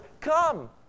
come